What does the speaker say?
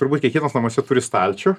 turbūt kiekvienas namuose turi stalčių